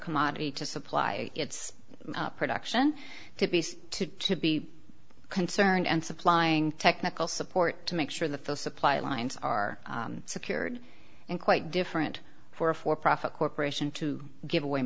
commodity to supply its production to peace to to be concerned and supplying technical support to make sure that the supply lines are secured and quite different for a for profit corporation to give away